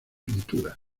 pinturas